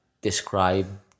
describe